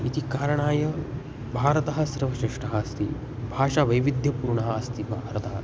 इति कारणात् भारतः सर्वश्रेष्ठः अस्ति भाषावैविध्यपूर्णः अस्ति भारतः